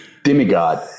Demigod